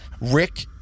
Rick